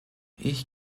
ich